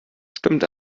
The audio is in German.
stimmt